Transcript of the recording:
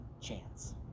chance